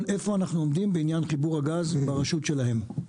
איפה אנו עומדים בעניין חיבור הגז ברשות שלהם.